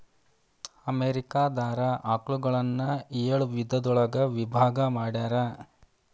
America ದಾರ ಆಕಳುಗಳನ್ನ ಏಳ ವಿಧದೊಳಗ ವಿಭಾಗಾ ಮಾಡ್ಯಾರ